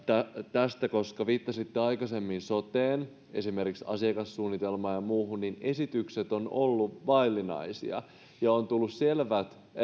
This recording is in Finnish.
tästä sillä viittasitte aikaisemmin soteen esimerkiksi asiakassuunnitelmaan ja muuhun ja esitykset ovat olleet vaillinaisia ja on tullut selvät